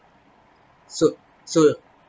so so